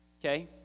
okay